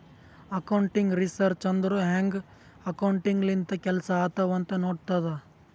accounting research ಅಂದುರ್ ಹ್ಯಾಂಗ್ accounting ಲಿಂತ ಕೆಲ್ಸಾ ಆತ್ತಾವ್ ಅಂತ್ ನೋಡ್ತುದ್